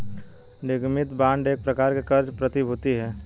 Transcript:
निगमित बांड एक प्रकार की क़र्ज़ प्रतिभूति है